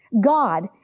God